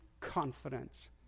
confidence